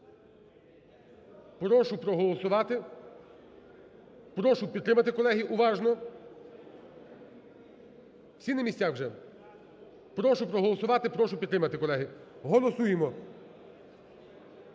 Прошу проголосувати. Прошу підтримати, колеги. Уважно! Всі на місцях вже? Прошу проголосувати. Прошу підтримати, колеги. Голосуємо.